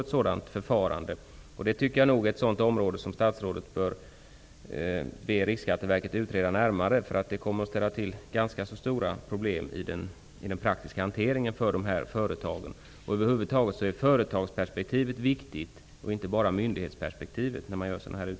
Detta är ett område som jag tycker att statsrådet bör uppdra åt Riksskatteverket att utreda närmare, därför att det kommer att ställa till med ganska stora problem i den praktiska hanteringen för företagen. När sådana här utredningar görs är företagsperspektivet över huvud taget viktigt, och inte bara myndighetsperspektivet.